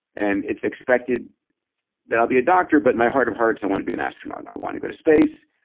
and it's expected that i'll be a doctor, but in my heart of hearts, i wanna be an astronaut, and i wanna go to space.